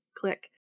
click